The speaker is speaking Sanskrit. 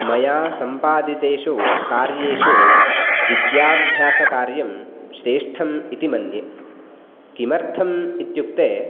मया सम्पादितेषु कार्येषु विद्याभ्यासकार्यं श्रेष्ठम् इति मन्ये किमर्थम् इत्युक्ते